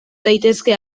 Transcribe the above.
daitezke